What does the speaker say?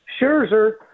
Scherzer